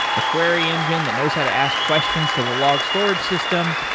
a query engine that knows how to ask questions to the log storage system,